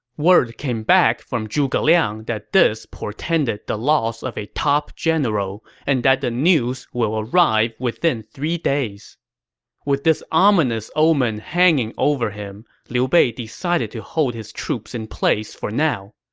word came back from zhuge liang that this portended the loss of a top general and that the news will arrive within three days with this ominous omen hanging over him, liu bei decided to hold his troops in place for now.